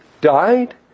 died